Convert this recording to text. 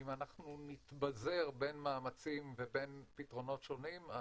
אם אנחנו נתבזר בין מאמצים לבין פתרונות שונים,